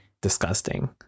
disgusting